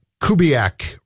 Kubiak